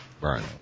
Right